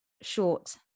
short